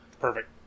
Perfect